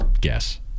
guess